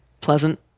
pleasant